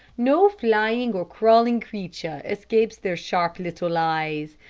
no flying or crawling creature escapes their sharp little eyes.